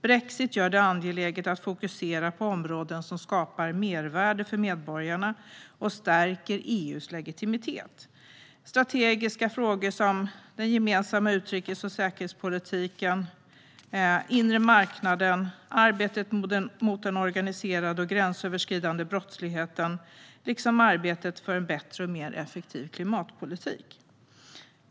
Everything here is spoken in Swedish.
Brexit gör det angeläget att fokusera på områden som skapar mervärde för medborgarna och stärker EU:s legitimitet. Det handlar om strategiska frågor som den gemensamma utrikes och säkerhetspolitiken, den inre marknaden, arbetet mot den organiserade och gränsöverskridande brottsligheten liksom arbetet för en bättre och mer effektiv klimatpolitik.